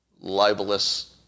libelous